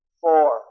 four